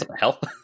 help